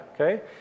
okay